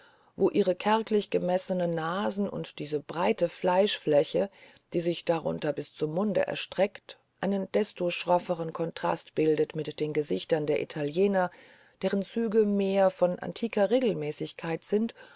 wo ihre kärglich gemessenen nasen und die breite fleischfläche die sich darunter bis zum maule erstreckt einen desto schrofferen kontrast bildet mit den gesichtern der italiener deren züge mehr von antiker regelmäßigkeit sind